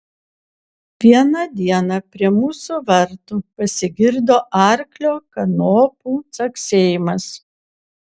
vieną dieną prie mūsų vartų pasigirdo arklio kanopų caksėjimas